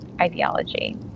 ideology